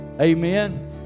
Amen